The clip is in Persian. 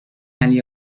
علی